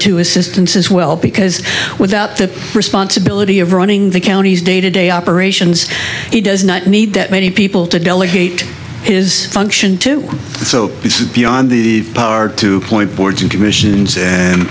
two assistants as well because without the responsibility of running the county's day to day operations he does not need that many people to delegate his function to so he's beyond the power to appoint boards and commissions